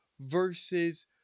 versus